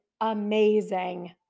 amazing